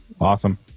Awesome